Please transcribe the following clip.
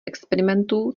experimentů